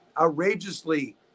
outrageously